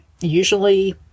usually